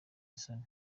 isoni